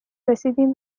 رسیدیم